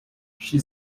she